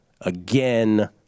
again